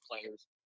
players